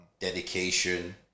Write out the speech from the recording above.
dedication